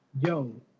Yo